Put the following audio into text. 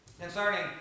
Concerning